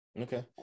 Okay